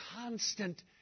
constant